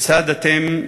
וכיצד אתם,